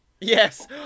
Yes